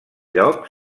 lloc